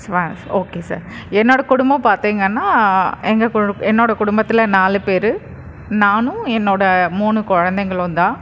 ஸ் ஆ okay sir என்னோடய குடும்பம் பார்த்தீங்கன்னா எங்கள் குடு என்னோடய குடும்பத்தில் நாலு பேரு நானும் என்னோடய மூணு குழந்தைங்களும் தான்